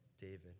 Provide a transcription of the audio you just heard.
David